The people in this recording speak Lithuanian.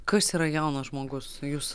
kas yra jaunas žmogus jūs